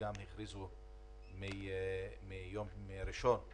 בלי שום קשר